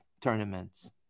tournaments